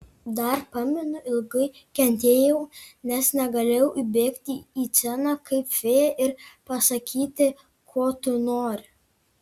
dar pamenu ilgai kentėjau nes negalėjau įbėgti į sceną kaip fėja ir pasakyti ko tu nori